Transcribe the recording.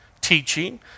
teaching